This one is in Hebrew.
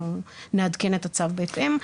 אנחנו נעדכן את הצו בהתאם.